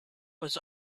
was